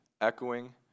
echoing